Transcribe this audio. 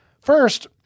First